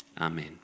Amen